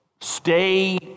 stay